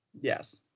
Yes